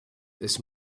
this